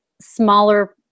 smaller